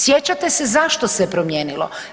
Sjećate se zašto se je promijenilo?